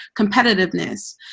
competitiveness